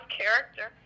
character